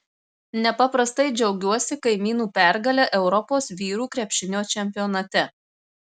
nepaprastai džiaugiuosi kaimynų pergale europos vyrų krepšinio čempionate